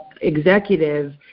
Executive